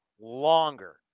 longer